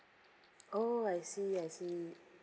oh I see I see